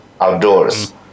outdoors